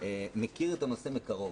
מכיר את הנושא מקרוב.